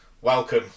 Welcome